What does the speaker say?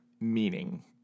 meaning